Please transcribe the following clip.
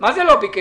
מה זה לא ביקש?